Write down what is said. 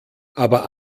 aber